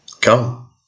Come